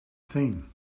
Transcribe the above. thing